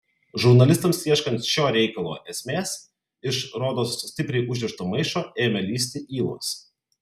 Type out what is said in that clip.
žurnalistams ieškant šio reikalo esmės iš rodos stipriai užrišto maišo ėmė lįsti ylos